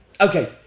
Okay